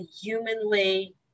humanly